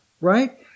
right